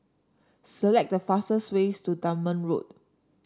select the fastest ways to Dunman Road